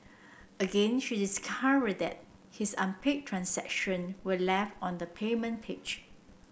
again she discovered that his unpaid transaction were left on the payment page